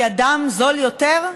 כי הדם זול יותר?